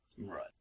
right